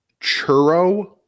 churro